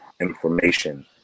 information